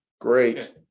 Great